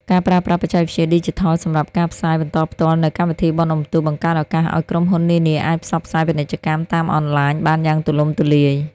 ការប្រើប្រាស់បច្ចេកវិទ្យាឌីជីថលសម្រាប់ការផ្សាយបន្តផ្ទាល់នូវកម្មវិធីបុណ្យអុំទូក បង្កើតឱកាសឱ្យក្រុមហ៊ុននានាអាចផ្សព្វផ្សាយពាណិជ្ជកម្មតាមអនឡាញបានយ៉ាងទូលំទូលាយ។